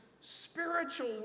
spiritual